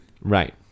right